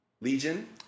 Legion